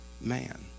man